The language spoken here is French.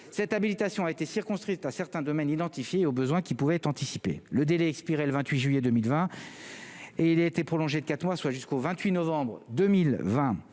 cette habilitation a été circonscrit un certain domaine identifiés au besoin qui pouvait être anticipée le délai expirait le 28 juillet 2020 et il a été prolongé de 4 mois, soit jusqu'au 28 novembre. 2020